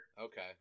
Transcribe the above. Okay